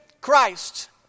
Christ